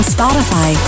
Spotify